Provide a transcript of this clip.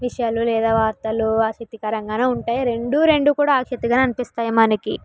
విషయాలు లేదా వార్తలు ఆశక్తికరంగానే ఉంటాయి రెండు రెండు కూడా ఆశక్తికరంగా అనిపిస్తాయి మనకు